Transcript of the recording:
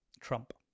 Trump